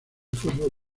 fútbol